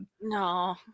No